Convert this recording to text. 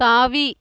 தாவி